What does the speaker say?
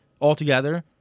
altogether